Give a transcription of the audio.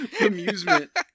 amusement